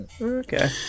Okay